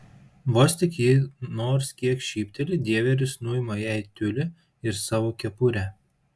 vos tik ji nors kiek šypteli dieveris nuima jai tiulį ir savo kepurę